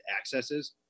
accesses